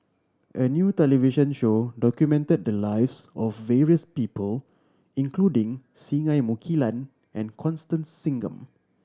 a new television show documented the lives of various people including Singai Mukilan and Constance Singam